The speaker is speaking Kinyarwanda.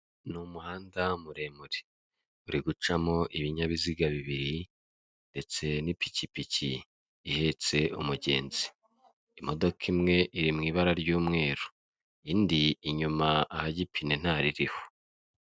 Ni umuhanda muremure uri gucamo ibinyabiziga bibiri ndetse n'ipikipiki ihetse umugenzi. Imodoka imwe iri mu ibara ry'umweru, indi inyuma ahajya ipine ntaririho.